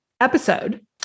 episode